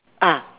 ah